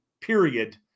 period